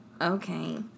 Okay